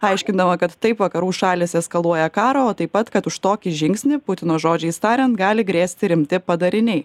aiškindama kad taip vakarų šalys eskaluoja karą o taip pat kad už tokį žingsnį putino žodžiais tariant gali grėsti rimti padariniai